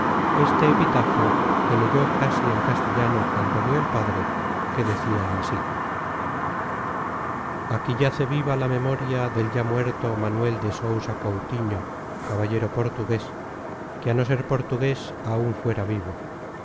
este epitafio que leyó casi en castellano antonio el padre que decia así aquí yace viva la memoria del ya muerto manuel de sousa coutiño caballero portugues que á no ser portugues áun fuera vivo